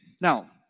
Now